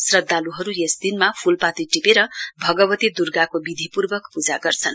श्रद्धाल्हरू यस दिनमा फूलपाती टिपेर भगवति दुर्गाको विधिपूर्वक पूजा गर्छन्